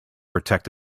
protect